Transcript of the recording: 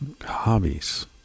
Hobbies